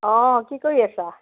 অঁ কি কৰি আছা